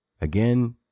Again